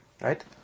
right